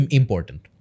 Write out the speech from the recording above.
important